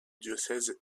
diocèse